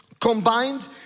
combined